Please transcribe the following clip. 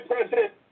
president